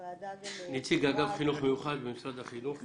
נציג אגף חינוך מיוחד במשרד החינוך.